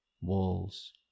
Walls